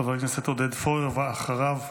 חבר הכנסת עודד פורר, ואחריו,